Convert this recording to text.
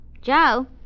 Joe